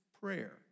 prayer